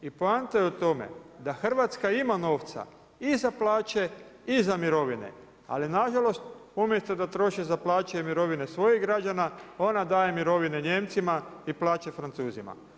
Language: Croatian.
I poanta je u tome da Hrvatska ima novca i za plaće i za mirovine, ali na žalost umjesto da troši za plaće i mirovine svojih građana ona daje mirovine Nijemcima i plaće Francuzima.